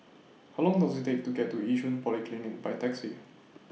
How Long Does IT Take to get to Yishun Polyclinic By Taxi